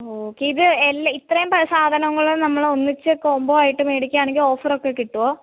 okay ഇത് എല്ലാം ഇത്രയും പഴ സാധനങ്ങളും നമ്മളൊന്നിച്ച് കോംബോ ആയിട്ട് മേടിക്കുവാണെങ്കിൽ ഓഫറൊക്കെ കിട്ടുമോ